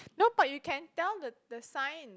no but you can tell the the sign